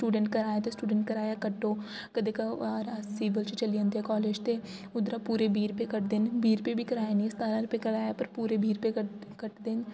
student कराया ते student कराया कट्टो कदें कबार अस सिविल च चली जन्दे कॉलेज ते उद्धरा पूरे बीह् रपेऽ कट्टदे न बीह् रपेऽ बी कराया निं ऐ सतारां रपेऽ ऐ ते ऐ पूरे बीह् रपेऽ कटदे न